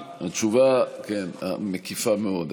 תשובה, התשובה מקיפה מאוד.